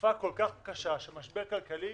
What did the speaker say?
בתקופה כל כך קשה של משבר כלכלי.